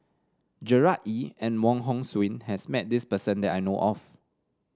Gerard Ee and Wong Hong Suen has met this person that I know of